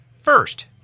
First